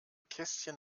kästchen